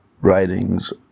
writings